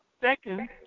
Second